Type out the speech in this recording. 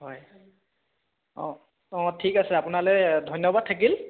হয় অঁ অঁ ঠিক আছে আপোনালৈ ধন্যবাদ থাকিল